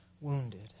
wounded